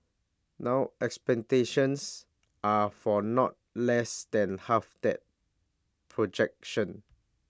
now expectations are for not less than half that projection